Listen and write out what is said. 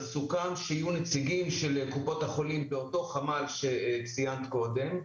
סוכם שיהיו נציגים של קופות החולים בחמ"ל שציינת קודם,